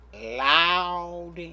loud